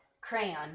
crayon